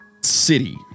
city